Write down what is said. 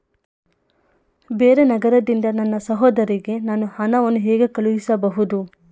ಬೇರೆ ನಗರದಿಂದ ನನ್ನ ಸಹೋದರಿಗೆ ನಾನು ಹಣವನ್ನು ಹೇಗೆ ಕಳುಹಿಸಬಹುದು?